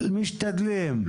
משתדלים,